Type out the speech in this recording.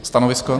Stanovisko?